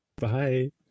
Bye